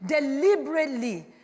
Deliberately